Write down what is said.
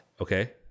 Okay